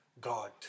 God